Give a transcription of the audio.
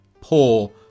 poor